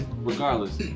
regardless